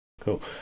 cool